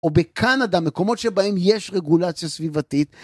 או בקנדה מקומות שבהם יש רגולציה סביבתית